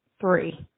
Three